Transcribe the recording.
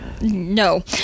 no